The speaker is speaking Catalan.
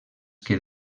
que